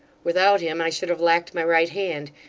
without him, i should have lacked my right hand.